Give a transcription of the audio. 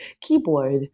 keyboard